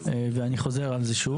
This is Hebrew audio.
ואני חוזר על זה שוב.